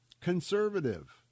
conservative